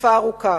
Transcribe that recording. תקופה ארוכה.